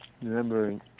remembering